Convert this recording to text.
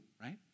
right